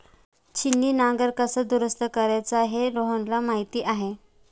छिन्नी नांगर कसा दुरुस्त करायचा हे रोहनला माहीत आहे